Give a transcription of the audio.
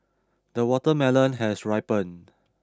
the watermelon has ripened